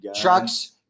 trucks